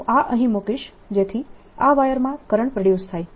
હું આ અહીં મુકીશ જેથી આ વાયરમાં કરંટ પ્રોડ્યુસ થાય